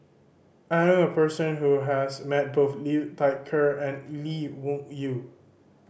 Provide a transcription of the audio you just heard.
I knew a person who has met both Liu Thai Ker and Lee Wung Yew